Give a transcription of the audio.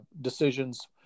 decisions